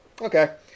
okay